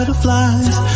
Butterflies